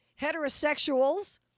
heterosexuals